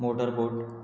motor बोट